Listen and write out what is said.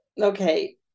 okay